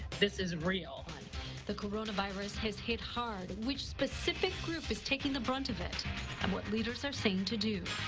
this is real the coronavirus has hit hard. which specific group is taking the brunt of it and what leaders are saying to do.